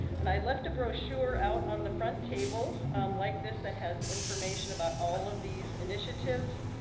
and i left a brochure out on the front table like this that has information about all of these initiatives.